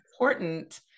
important